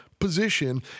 Position